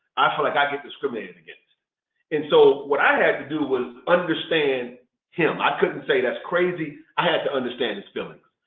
i feel like i get discriminated against and so what i had to do was understand him. i couldn't say that's crazy. i had to understand his feelings.